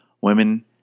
women